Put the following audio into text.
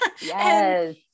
Yes